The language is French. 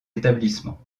établissements